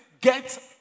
get